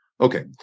Okay